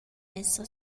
esser